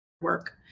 work